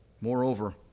Moreover